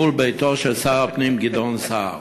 מול ביתו של שר הפנים גדעון סער.